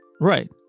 Right